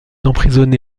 emprisonné